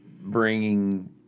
bringing